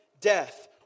death